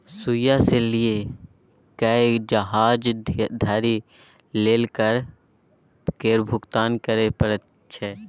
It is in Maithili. सुइया सँ लए कए जहाज धरि लेल कर केर भुगतान करय परैत छै